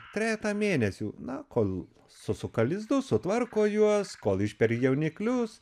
trejetą mėnesių na kol susuka lizdus sutvarko juos kol išperi jauniklius